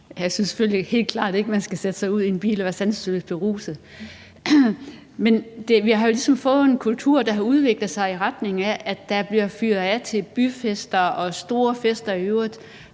selvfølgelig helt klart ikke, at man skal sætte sig ud i en bil, når man er sanseløst beruset. Men vi har jo ligesom fået en kultur, der har udviklet sig i retning af, at der bliver fyret fyrværkeri af til byfester og store fester i øvrigt,